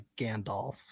gandalf